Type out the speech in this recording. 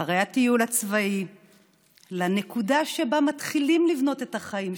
אחרי הטיול הצבאי לנקודה שבה מתחילים לבנות את החיים,